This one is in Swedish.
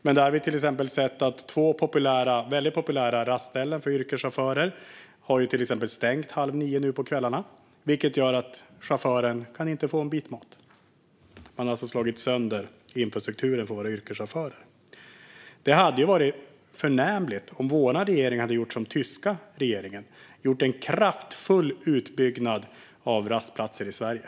Där har vi under pandemin sett att två väldigt populära rastställen för yrkeschaufförer stänger 20.30 på kvällarna, vilket gör att chaufförerna inte kan få en bit mat. Man har alltså slagit sönder infrastrukturen för våra yrkeschaufförer. Det hade varit förnämligt om vår regering hade gjort som den tyska regeringen och gjort en kraftfull utbyggnad av rastplatser i Sverige.